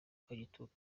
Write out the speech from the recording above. kagitumba